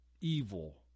evil